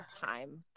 time